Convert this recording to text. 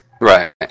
Right